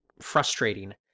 frustrating